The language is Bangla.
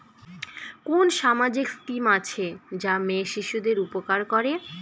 কোন সামাজিক স্কিম আছে যা মেয়ে শিশুদের উপকার করে?